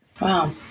Wow